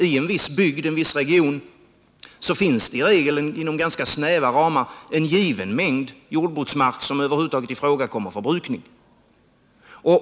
I en viss bygd eller en viss region finns det inom snäva ramar en given mängd jordbruksmark som över huvud taget kan komma i fråga för brukning.